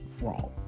wrong